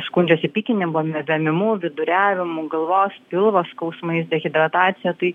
aš skundžiasi pykinimu vėmimu viduriavimu galvos pilvo skausmais dehidratacija tai